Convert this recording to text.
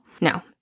No